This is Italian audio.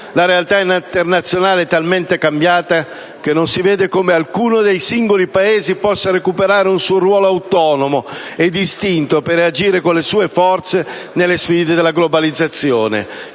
La realtà internazionale è talmente cambiata che non si vede come alcuno dei singoli Paesi possa recuperare un suo ruolo autonomo e distinto per reagire con le sue forze alle sfide della globalizzazione;